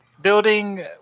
building